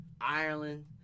Ireland